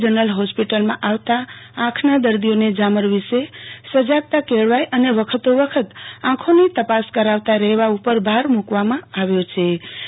general હોસ્પિટલમાં આવતા આંખના દર્દીઓને ઝામર વિષે સજાગતા કેળવવા અને વખતોવખત આંખોની તપાસ કરાવતા રહેવા ઉપર ભાર મૂ કવામાં આવ્યોછે